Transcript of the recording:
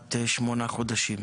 כמעט שמונה חודשים.